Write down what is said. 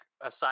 aside